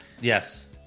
Yes